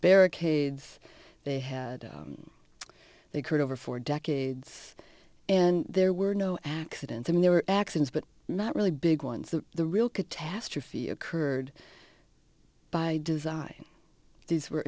barricades they had they called over four decades and there were no accidents and they were accidents but not really big ones that the real catastrophe occurred by design these were